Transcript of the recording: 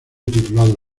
titulado